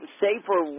safer